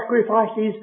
sacrifices